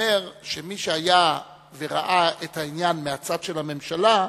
האומר שמי שהיה וראה את העניין מהצד של הממשלה,